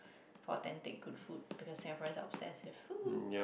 authentic good food because Singaporean are obsessed with food